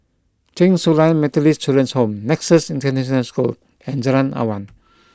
Chen Su Lan Methodist Children's Home Nexus International School and Jalan Awan